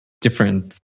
different